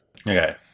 Okay